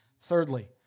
Thirdly